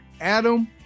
Adam